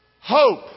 Hope